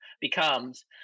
becomes